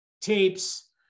tapes